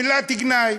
מילת גנאי.